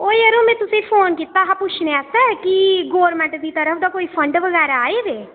ओह् जरो में तुसें ईं फोन कीता हा पुच्छने आस्तै कि गौरमेंट दी तरफ दा कोई फंड बगैरा आए दे